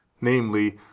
namely